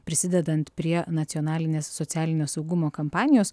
prisidedant prie nacionalinės socialinio saugumo kampanijos